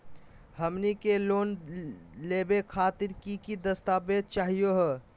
हमनी के लोन लेवे खातीर की की दस्तावेज चाहीयो हो?